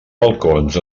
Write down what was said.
balcons